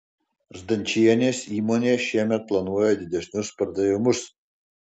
zdančienės įmonė šiemet planuoja didesnius pardavimus